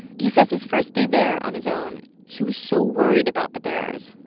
he says his first day there on his own, he was so worried about the bears.